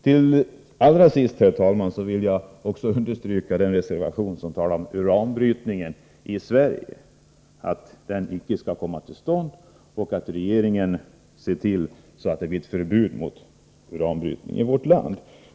Till allra sist, herr talman, vill jag också understryka vikten av den reservation där det tas upp att uranbrytning i Sverige inte skall komma till stånd och att regeringen skall se till så att det blir ett förbud mot uranbrytning i vårt land.